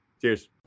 cheers